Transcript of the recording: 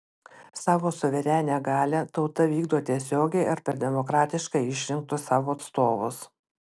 savo suverenią galią tauta vykdo tiesiogiai ar per demokratiškai išrinktus savo atstovus